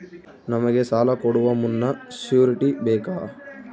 ನಮಗೆ ಸಾಲ ಕೊಡುವ ಮುನ್ನ ಶ್ಯೂರುಟಿ ಬೇಕಾ?